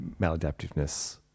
maladaptiveness